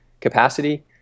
capacity